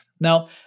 Now